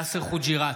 יאסר חוג'יראת,